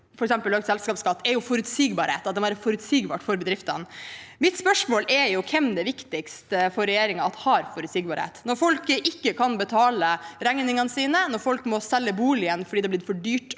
f.eks. til økt selskapsskatt, er forutsigbarhet og at det må være forutsigbart for bedriftene. Mitt spørsmål er hvem det er viktigst for regjeringen at har forutsigbarhet. Når folk ikke kan betale regningene sine, når folk må selge boligen fordi det er blitt for dyrt